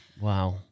wow